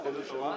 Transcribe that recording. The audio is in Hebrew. משהו מטורף.